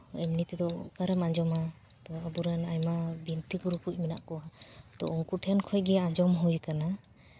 ᱮᱢᱱᱤ ᱛᱮᱫᱚ ᱚᱠᱟᱨᱮᱢ ᱟᱸᱡᱚᱢᱟ ᱟᱵᱚᱨᱮᱱ ᱟᱭᱢᱟ ᱵᱤᱱᱛᱤ ᱜᱩᱨᱩ ᱠᱚ ᱢᱮᱱᱟᱜ ᱠᱚᱣᱟ ᱛᱳ ᱩᱱᱠᱩ ᱴᱷᱮᱡ ᱠᱷᱚᱱᱜᱮ ᱟᱸᱡᱚᱢ ᱦᱩᱭ ᱠᱟᱱᱟ